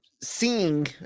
seeing